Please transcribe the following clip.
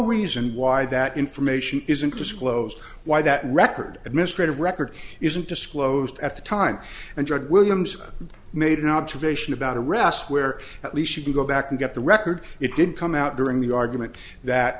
reason why that information isn't disclosed why that record administrative record isn't disclosed at the time and judge williams made an observation about arrests where at least you can go back and get the record it did come out during the argument